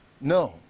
no